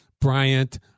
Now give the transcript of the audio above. Bryant